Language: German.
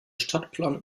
stadtplan